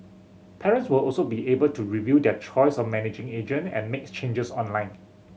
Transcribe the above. parents will also be able to review their choice of managing agent and make changes online